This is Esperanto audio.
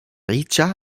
riĉa